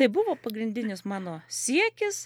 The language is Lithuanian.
tai buvo pagrindinis mano siekis